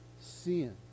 sin